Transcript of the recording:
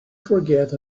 forget